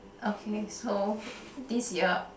okay so this year